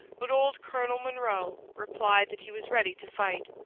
but old colonel monro replied that he was ready to fight.